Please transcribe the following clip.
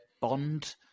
bond